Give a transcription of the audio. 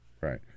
Right